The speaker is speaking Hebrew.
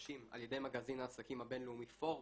על ידי מגזין העסקים הבינלאומי פורבס,